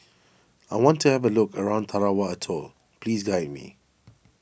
I want to have a look around Tarawa Atoll please guide me